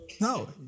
No